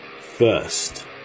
First